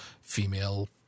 female